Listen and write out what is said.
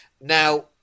Now